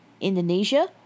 Indonesia